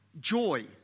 joy